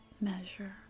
measure